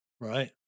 right